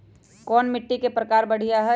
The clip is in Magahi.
कोन मिट्टी के प्रकार बढ़िया हई?